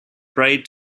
braid